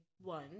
one